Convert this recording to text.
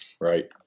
Right